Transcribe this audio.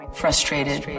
frustrated